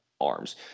arms